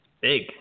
big